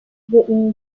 written